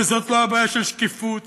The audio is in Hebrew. וזאת לא בעיה של שקיפות.